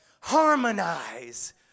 harmonize